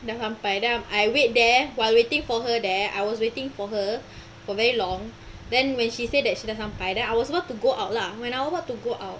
dah sampai then I wait there while waiting for her there I was waiting for her for very long then when she said that she dah sampai then I was supposed to go out lah when I was about to go out